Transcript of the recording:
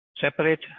separate